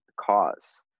cause